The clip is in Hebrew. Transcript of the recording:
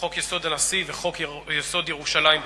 בחוק-יסוד: נשיא המדינה ובחוק-יסוד: ירושלים בלבד,